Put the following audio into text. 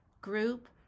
group